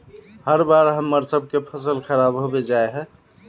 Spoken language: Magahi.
हर बार हम्मर सबके फसल खराब होबे जाए है?